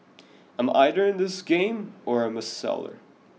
I'm either in this game or I'm a seller